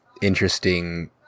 interesting